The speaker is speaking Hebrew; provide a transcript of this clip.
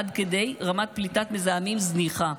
עד כדי רמת פליטת מזהמים זניחה.